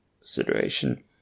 situation